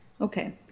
Okay